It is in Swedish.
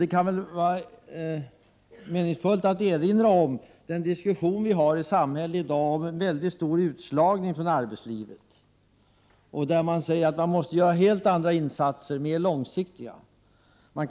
Det kan vara meningsfullt att erinra om den diskussion som förs i samhället i dag om den stora utslagningen från arbetslivet. Man säger att det måste göras helt andra och mera långsiktiga insatser.